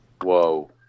whoa